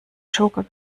joker